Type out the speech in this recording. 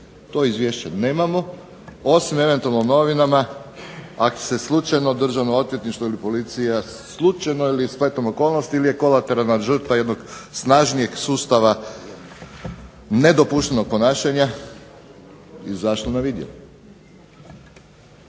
To izvješće nemamo, osim eventualno u novinama ako su se slučajno Državno odvjetništvo ili policija slučajno ili spletom okolnosti ili je kolateralna žrtva jednog snažnijeg sustava nedopuštenog ponašanja izašlo na vidjelo.